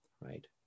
right